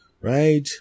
Right